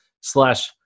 slash